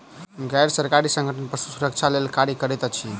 गैर सरकारी संगठन पशु सुरक्षा लेल कार्य करैत अछि